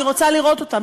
אני רוצה לראות אותם,